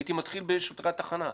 הייתי מתחיל בשוטרי התחנה,